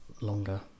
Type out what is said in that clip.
longer